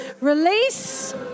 Release